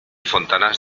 fontanars